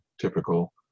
typical